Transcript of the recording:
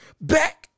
back